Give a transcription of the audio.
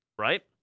Right